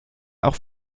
auch